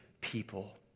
people